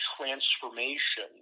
transformation